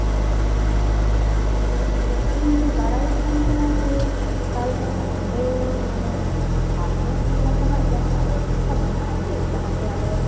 ᱦᱮᱸ ᱟᱫᱚ ᱤᱧ ᱵᱟᱲᱟᱭ ᱥᱟᱱᱟᱧ ᱠᱟᱱᱟ ᱡᱮ ᱛᱟᱞᱦᱮ ᱚᱸᱰᱮ ᱢᱟᱱᱮ ᱛᱟᱦᱮᱱ ᱞᱮᱠᱟᱱᱟᱜ ᱡᱟᱦᱟᱱᱟᱜ ᱵᱮᱵᱚᱥᱛᱟ ᱢᱮᱱᱟᱜᱼᱟ ᱠᱤ ᱡᱟᱦᱟᱛᱮ ᱟᱞᱮ